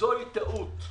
זוהי טעות.